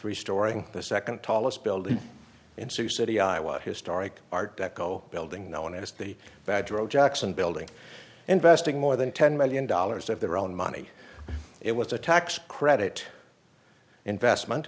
restoring the second tallest building in sioux city iowa historic art deco building known as the bedrock jackson building investing more than ten million dollars of their own money it was a tax credit investment